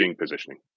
positioning